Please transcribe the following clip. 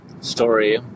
story